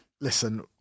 listen